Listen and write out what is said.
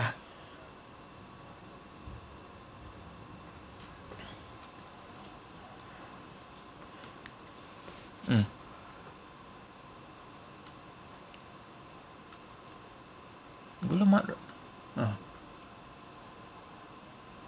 mm !alamak! ah